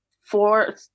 four